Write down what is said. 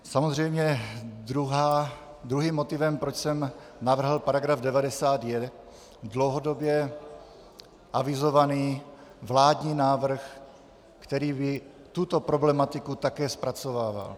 Samozřejmě druhým motivem, proč jsem navrhl § 90, je dlouhodobě avizovaný vládní návrh, který by tuto problematiku také zpracovával.